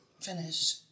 finish